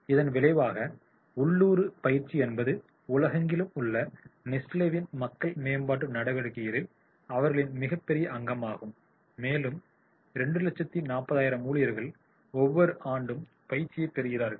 இதன் விளைவாக உள்ளூர் பயிற்சி என்பது உலகெங்கிலும் உள்ள நெஸ்லேவின் மக்கள் மேம்பாட்டு நடவடிக்கைகளில் அவர்களின் மிகப்பெரிய அங்கமாகும் மேலும் 240000 ஊழியர்கள் ஒவ்வொரு ஆண்டும் பயிற்சியைப் பெறுகிறார்கள்